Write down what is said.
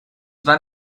van